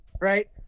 right